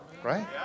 Right